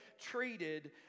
treated